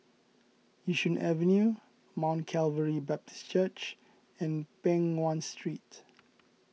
Yishun Avenue Mount Calvary Baptist Church and Peng Nguan Street